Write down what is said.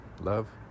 love